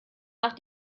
nach